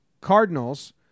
Cardinals